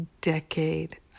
decade